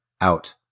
out